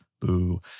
boo